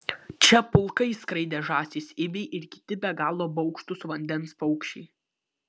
čia pulkais skraidė žąsys ibiai ir kiti be galo baugštūs vandens paukščiai